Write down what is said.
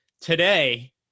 Today